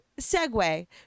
segue